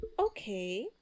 Okay